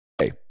Hey